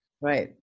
Right